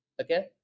Okay